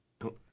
No